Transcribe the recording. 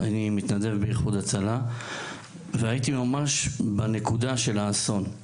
אני מתנדב ב- ׳איחוד הצלה׳ והייתי ממש בנקודה של האסון.